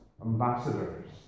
ambassadors